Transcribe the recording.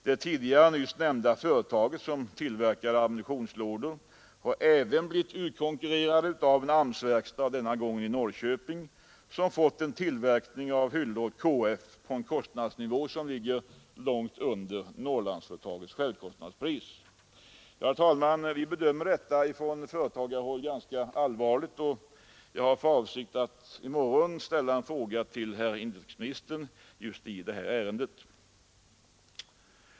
Det nyss nämnda företag som tillverkar ammunitionslådor har också blivit utkonkurrerat av en AMS verkstad, denna gång i Norrköping, som fått en tillverkning av hyllor åt KF på en kostnadsnivå som ligger långt under Norrlandsföretagets självkostnadspris. Herr talman! Från företagarhåll bedömer vi denna sak som allvarlig, och jag har för avsikt att under morgondagen ställa en fråga till herr inrikesministern i just detta ärende.